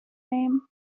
name